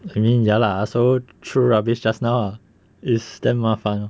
I mean ya lah so throw rubbish just now lah is damn 麻烦